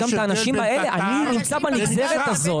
אני נמצא בנגזרת הזו.